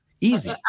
Easy